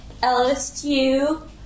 LSU